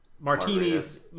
Martinis